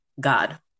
God